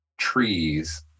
Trees